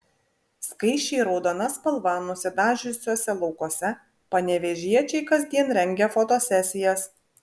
skaisčiai raudona spalva nusidažiusiuose laukuose panevėžiečiai kasdien rengia fotosesijas